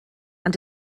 and